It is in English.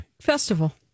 Festival